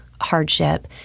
hardship